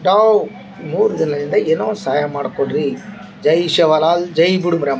ದವ ಊರು ಜನರಿಂದ ಏನೋ ಸಹಾಯ ಮಾಡಿ ಕೊಡಿ ಜೈ ಶಿವಲಾಲ್ ಜೈ ಬಡುಗುರಿಯಮ್ಮ